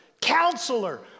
Counselor